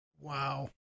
Wow